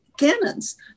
cannons